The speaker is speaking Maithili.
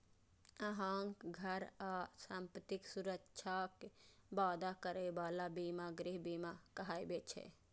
अहांक घर आ संपत्तिक सुरक्षाक वादा करै बला बीमा गृह बीमा कहाबै छै